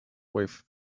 with